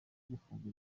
gufunga